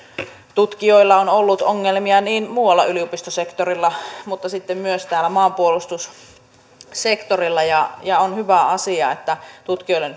tutkijoilla on ollut ongelmia muualla yliopistosektorilla mutta myös maanpuolustussektorilla ja ja on hyvä asia että tutkijoille